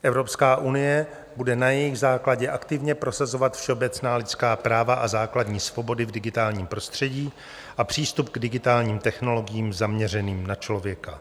Evropská unie bude na jejich základě aktivně prosazovat všeobecná lidská práva a základní svobody v digitálním prostředí a přístup k digitálním technologiím zaměřeným na člověka.